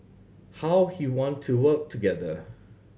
how he want to work together